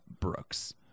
Brooks